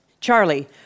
Charlie